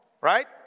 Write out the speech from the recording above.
right